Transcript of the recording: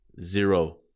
zero